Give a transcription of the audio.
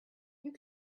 you